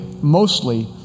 mostly